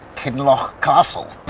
kinloch castle!